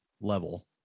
level